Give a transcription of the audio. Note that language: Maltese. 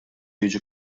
jiġi